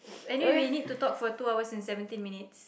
anyway we need to talk for two hours and seventeen minutes